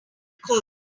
car